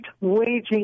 waging